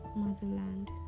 motherland